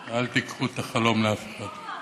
אל תיקחו את החלום לאף אחד.